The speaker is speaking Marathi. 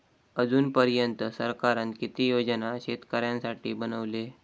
अजून पर्यंत सरकारान किती योजना शेतकऱ्यांसाठी बनवले?